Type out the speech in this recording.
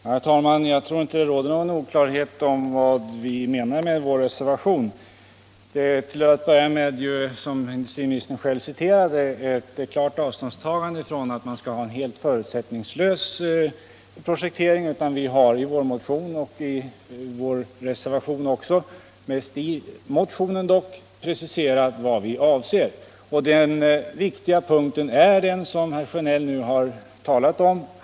Herr talman! Jag tror inte det råder någon oklarhet om vad vi menar med vår reservation. Det är till att börja med, som industriministern själv citerade, ett klart avståndstagande från att man skall ha en helt förutsättningslös projektering. Vi har i vår motion och i vår reservation — mest i motionen dock — preciserat vad vi avser. Den viktiga punkten är handlingsfriheten, som herr Sjönell nu har talat om.